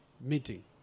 meeting